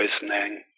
poisoning